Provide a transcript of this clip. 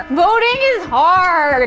voting is haaaaaard!